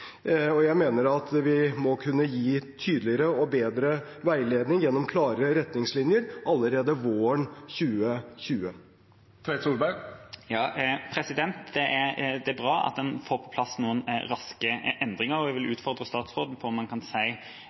Jeg mener at vi må kunne gi tydeligere og bedre veiledning gjennom klarere retningslinjer allerede våren 2020. Det er bra at en får på plass noen raske endringer, og jeg vil utfordre statsråden på om han kan